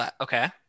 Okay